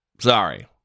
sorry